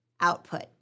output